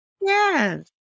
Yes